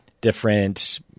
Different